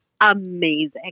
amazing